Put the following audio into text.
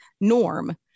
norm